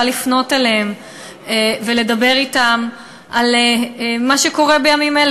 לפנות ולדבר אתם על מה שקורה בימים אלה.